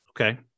okay